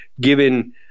given